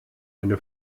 eine